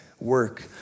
work